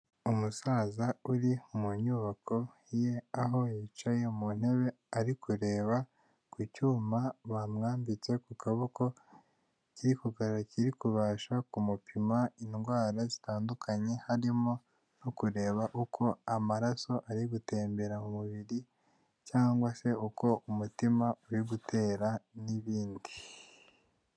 Umusaza uri mu nyubako ye aho yicaye mu ntebe ari kureba ku cyuma bamwambitse ku kaboko kiri kubasha kumupima indwara zitandukanye harimo no kureba uko amaraso ari gutembera mu mubiri cyangwa se uko umutima uri gutera n'ibindi.